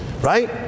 Right